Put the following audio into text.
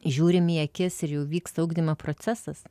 žiūrim į akis ir jau vyksta ugdymo procesas